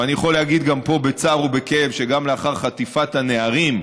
ואני יכול להגיד גם פה בצער ובכאב שגם לאחר חטיפת הנערים,